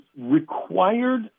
required